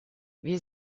wir